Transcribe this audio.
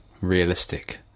realistic